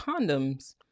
condoms